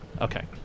Okay